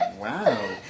Wow